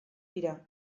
dira